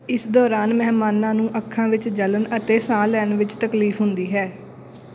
ਇਸ ਦੌਰਾਨ ਮਹਿਮਾਨਾਂ ਨੂੰ ਅੱਖਾਂ ਵਿੱਚ ਜਲਨ ਅਤੇ ਸਾਹ ਲੈਣ ਵਿੱਚ ਤਕਲੀਫ਼ ਹੁੰਦੀ ਹੈ